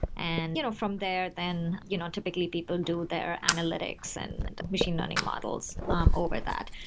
and you know from there, then you know typically people do their analytics and the machine learning models um over that.